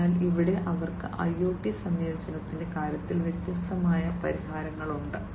അതിനാൽ ഇവിടെയും അവർക്ക് IoT സംയോജനത്തിന്റെ കാര്യത്തിൽ വ്യത്യസ്തമായ പരിഹാരങ്ങളുണ്ട്